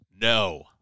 No